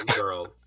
girl